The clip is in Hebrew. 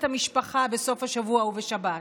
את המשפחה בסוף השבוע ובשבת.